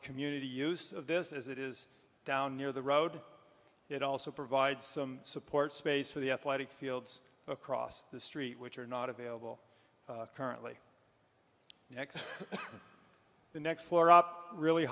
community use this is it is down near the road it also provides some support space for the athletic fields across the street which are not available currently next to the next floor up really